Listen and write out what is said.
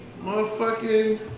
Motherfucking